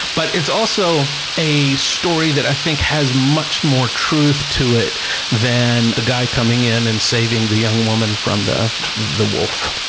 but it's also a story that i think has much more truth to it than the guy coming in and saving the young woman from the the wolf.